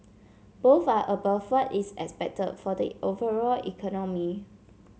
both are above what is expected for the overall economy